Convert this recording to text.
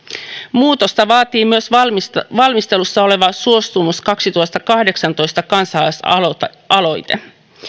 muutosta vaatii myös valmistelussa oleva suostumus kaksituhattakahdeksantoista kansalaisaloite